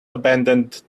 abandoned